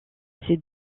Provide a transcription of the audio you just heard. ses